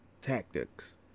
tactics